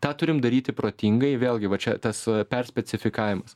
tą turim daryti protingai vėlgi va čia tas va perspecifikavimas